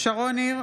שרון ניר,